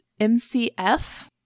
MCF